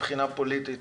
מבחינה פוליטית,